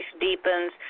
deepens